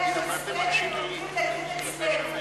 וגם שתבדוק אם יש הסכם אם הם עומדים לדין אצלנו.